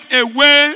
away